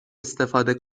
استفاده